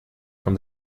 from